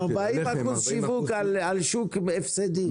40% שיווק על שוק עם הפסדים.